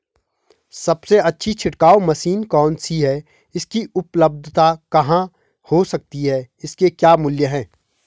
सबसे अच्छी छिड़काव मशीन कौन सी है इसकी उपलधता कहाँ हो सकती है इसके क्या मूल्य हैं?